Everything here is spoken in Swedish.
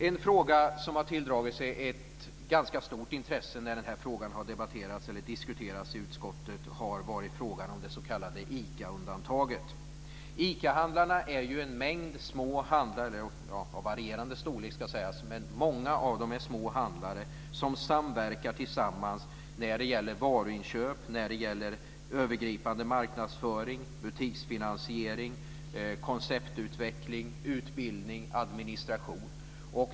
En fråga som har tilldragit sig ett ganska stort intresse när detta har debatterats eller diskuterats i utskottet har varit den om det s.k. ICA-undantaget. ICA-handlarna är ju en mängd handlare av varierande storlek - men många av dem är små - som samverkar när det gäller varuinköp, övergripande marknadsföring, butiksfinansiering, konceptutveckling, utbildning och administration.